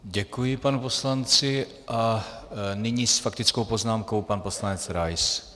Děkuji panu poslanci a nyní s faktickou poznámkou pan poslanec Rais.